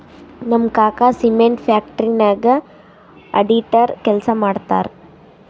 ನಮ್ ಕಾಕಾ cement factory ನಾಗ್ ಅಡಿಟರ್ ಕೆಲ್ಸಾ ಮಾಡ್ತಾರ್